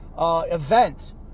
event